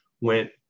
went